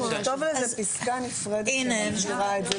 נכתוב על זה פסקה נפרדת שמגדירה את זה,